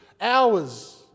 hours